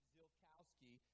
Zilkowski